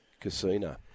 Casino